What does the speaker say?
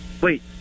wait